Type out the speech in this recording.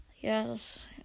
Yes